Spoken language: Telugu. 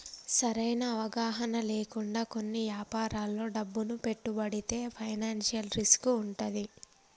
సరైన అవగాహన లేకుండా కొన్ని యాపారాల్లో డబ్బును పెట్టుబడితే ఫైనాన్షియల్ రిస్క్ వుంటది